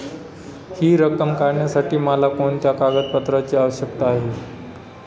हि रक्कम काढण्यासाठी मला कोणत्या कागदपत्रांची आवश्यकता आहे?